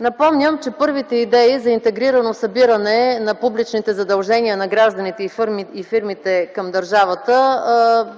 Напомням, че първите идеи за интегрирано събиране на публичните задължения на гражданите и фирмите към държавата